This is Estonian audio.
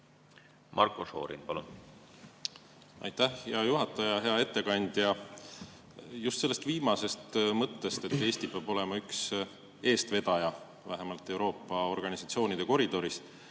tasandil? Aitäh, hea juhataja! Hea ettekandja! Just sellest viimasest mõttest, et Eesti peab olema üks eestvedaja, vähemalt Euroopa organisatsioonide koridoris,